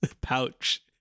pouch